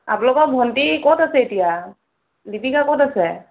আপোনালোকৰ ভণ্টী ক'ত আছে এতিয়া দীপিকা ক'ত আছে